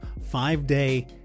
five-day